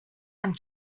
and